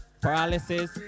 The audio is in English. paralysis